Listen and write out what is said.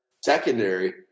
secondary